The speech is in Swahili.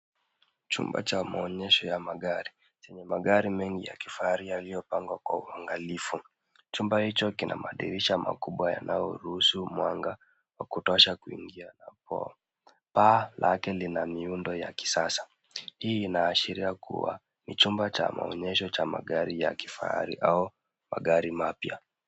Chumba cha maonyesho ya magari, chenye magari mengi ya kifahari yaliyopangwa kwa uangalifu. Chumba hicho kina madirisha makubwa yanayoruhusu mwanga wa kutosha kuingia na kwa paa lake lina miundo ya kisasa. Hii inaashiria kuwa ni chumba cha maonyesho cha magari ya kifahari au magari mapya.